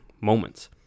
moments